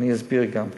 ואסביר גם כן.